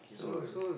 so